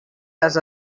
les